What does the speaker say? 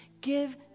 Give